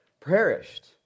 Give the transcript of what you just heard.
perished